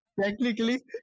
Technically